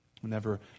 Whenever